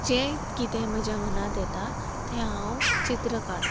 जें कितें म्हज्या मनांत येता तें हांव चित्र काडटा